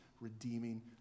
redeeming